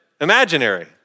imaginary